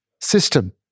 system